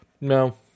No